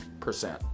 percent